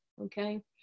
okay